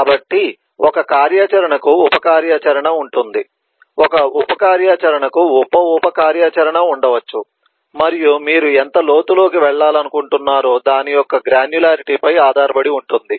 కాబట్టి ఒక కార్యాచరణకు ఉప కార్యాచరణ ఉంటుంది ఒక ఉప కార్యాచరణకు ఉప ఉప కార్యాచరణ ఉండవచ్చు మరియు మీరు ఎంత లోతులోకి వెళ్లాలనుకుంటున్నారో దాని యొక్క గ్రాన్యులారిటీపై ఆధారపడి ఉంటుంది